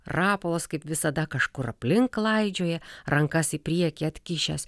rapolas kaip visada kažkur aplink klaidžioja rankas į priekį atkišęs